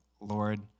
Lord